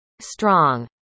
strong